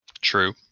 True